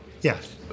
Yes